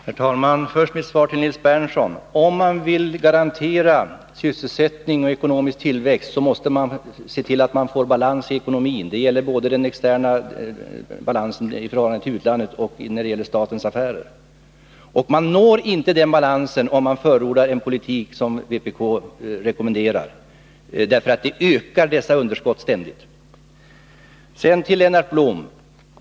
Herr talman! Först mitt svar till Nils Berndtson. Om man vill garantera sysselsättning och ekonomisk tillväxt, måste man först få balans i ekonomin. Det gäller både den externa balansen i förhållande till utlandet och den interna i statens affärer. Man når inte den balansen, om man för en sådan politik som vpk rekommenderar, därför att då ökar dessa underskott ständigt.